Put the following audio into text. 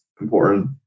important